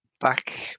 Back